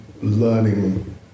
learning